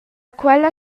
quella